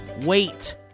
wait